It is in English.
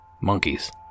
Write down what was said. monkeys